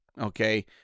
okay